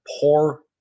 poor